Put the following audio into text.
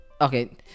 okay